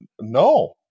no